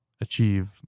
achieve